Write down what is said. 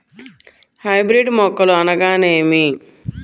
Hybrid మొక్కలు అనగానేమి?